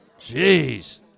Jeez